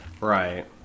Right